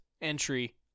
entry